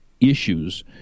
issues